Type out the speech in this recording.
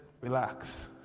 relax